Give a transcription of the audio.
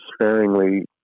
sparingly